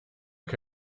che